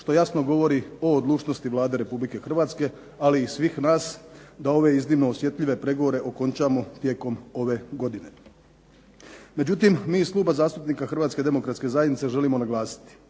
što jasno govori o odlučnosti Vlade Republike Hrvatske ali i svih nas da ove osjetljive pregovore okončamo tijekom ove godine. Međutim, mi iz Kluba zastupnika Hrvatske demokratske zajednice želimo naglasiti